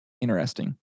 interesting